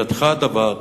בידך הדבר,